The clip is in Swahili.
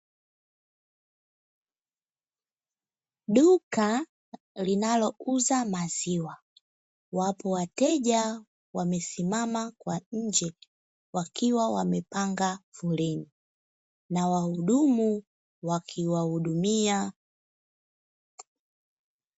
Duka linalouza maziwa, wapo wateja wamesimama kwa nje wakiwa wamepanga foleni, na wahudumu wakiwahudumia.